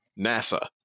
nasa